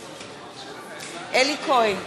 בעד אלי כהן,